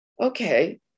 Okay